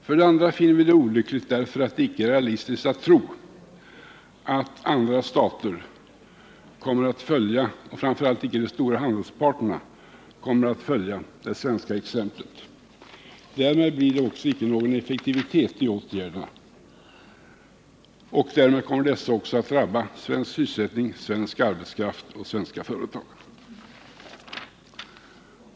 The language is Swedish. För det andra finner vi det olyckligt därför att det inte är realistiskt att tro, att andra stater — framför allt inte de stora handelsparterna — kommer att följa det svenska exemplet. Därför blir det icke någon effektivitet i åtgärderna. Därmed kommer dessa också att drabba svensk sysselsättning, svensk arbetskraft och svenska företag.